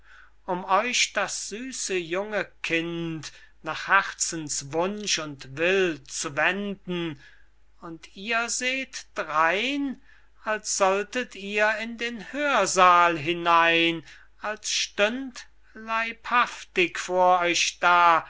um euch das süße junge kind nach herzens wunsch und will zu wenden und ihr seht drein als solltet ihr in den hörsal hinein als stünd leibhaftig vor euch da